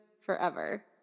forever